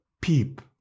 peep